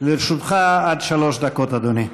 לרשותך עד שלוש דקות, אדוני.